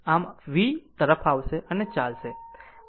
આમ v આ તરફ આવશે અને ચાલશે